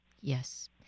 Yes